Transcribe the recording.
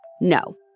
No